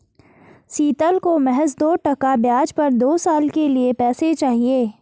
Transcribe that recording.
शीतल को महज दो टका ब्याज पर दो साल के लिए पैसे चाहिए